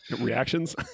Reactions